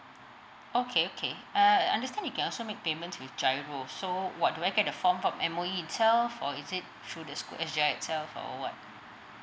okay okay uh I understand you can also make payments with GIRO so what do I get a form from M_O_E itself or is it through the school S_J_I itself or what